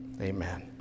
Amen